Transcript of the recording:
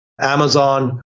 Amazon